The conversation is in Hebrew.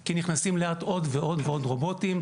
כי נכנסים לאט עוד ועוד רובוטים,